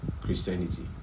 christianity